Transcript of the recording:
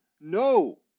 no